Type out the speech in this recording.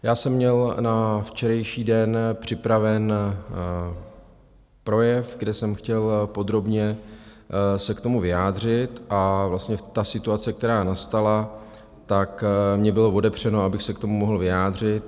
Já jsem měl na včerejší den připraven projev, kde jsem se k tomu chtěl podrobně vyjádřit, a vlastně ta situace, která nastala, tak mně bylo odepřeno, abych se k tomu mohl vyjádřit.